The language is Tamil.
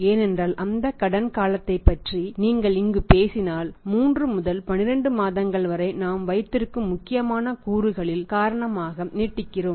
ஏனென்றால் அந்த கடன் காலத்தைப் பற்றி நீங்கள் இங்கு பேசினால் 3 முதல் 12 மாதங்கள் வரை நாம் வைத்திருக்கும் முக்கியமான கூறுகளில் காரணமாக நீட்டிக்கிறோம்